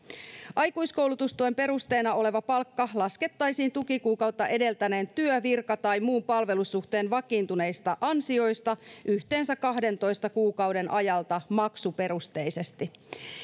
aikuiskoulutustuen perusteena oleva palkka laskettaisiin tukikuukautta edeltäneen työ virka tai muun palvelussuhteen vakiintuneista ansioista yhteensä kahdentoista kuukauden ajalta maksuperusteisesti